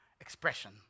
expression